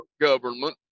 government